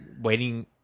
waiting